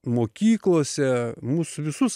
mokyklose mus visus